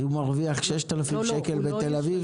אם הוא מרוויח 6,000 שקל בתל אביב?